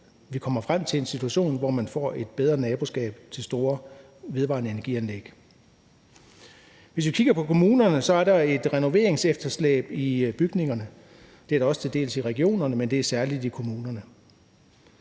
vi kommer frem til en situation, hvor man får et bedre naboskab til store vedvarende energi-anlæg. Hvis vi kigger på kommunerne, er der et renoveringsefterslæb i forhold til bygningerne. Det er der til dels også i regionerne, men det er særlig i kommunerne.